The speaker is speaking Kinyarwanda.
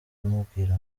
mubwira